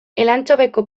elantxobeko